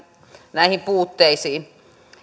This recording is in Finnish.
näihin puutteisiin